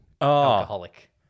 alcoholic